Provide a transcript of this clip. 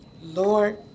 Lord